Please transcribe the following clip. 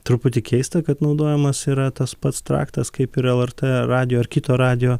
truputį keista kad naudojamas yra tas pats traktas kaip ir lrt radijo ar kito radijo